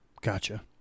Gotcha